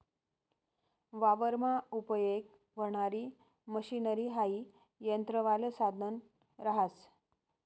वावरमा उपयेग व्हणारी मशनरी हाई यंत्रवालं साधन रहास